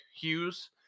Hughes